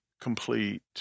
complete